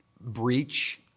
breach